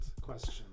Question